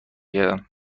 کردم